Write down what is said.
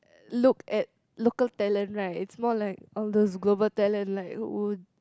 uh look at local talent right it's more like all those global talent like who